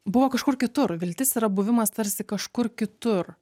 buvo kažkur kitur viltis yra buvimas tarsi kažkur kitur